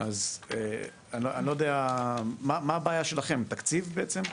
מה הבעיה שלכם, תקציב בעצם?